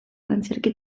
antzerki